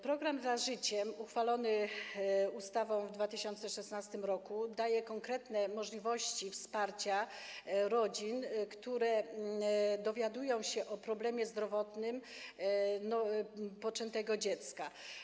Program „Za życiem” uchwalony ustawą w 2016 r. daje konkretne możliwości wsparcia rodzin, które dowiadują się o problemie zdrowotnym poczętego dziecka.